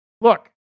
Look